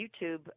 YouTube